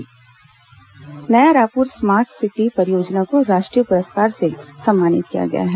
नया रायपुर पुरस्कार Naya Raipur smart city परियोजना को राष्ट्रीय पुरस्कार से सम्मानित किया गया है